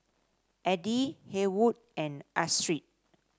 Eddie Haywood and Astrid